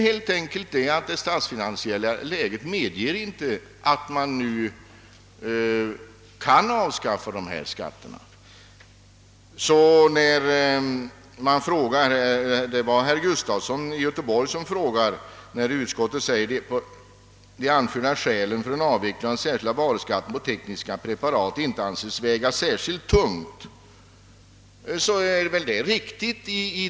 Men det statsfinansiella läget medger som sagt inte att skatterna omedelbart avskaffas. Herr Gustafson citerade utskottets skrivning att de anförda skälen för en avveckling av den särskilda varuskatten på tekniska preparat inte kan anses väga särskilt tungt. Ja, det är just vad utskottet anser.